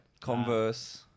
Converse